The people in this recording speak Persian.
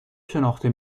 شناخته